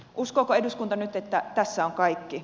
uskooko eduskunta nyt että tässä on kaikki